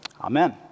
Amen